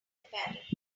apparent